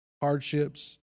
hardships